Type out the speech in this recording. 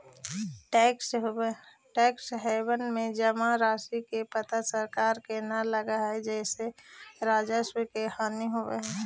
tax haven में जमा राशि के पता सरकार के न लगऽ हई जेसे राजस्व के हानि होवऽ हई